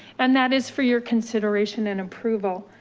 and that is for your consideration and approval.